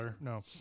No